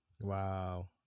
Wow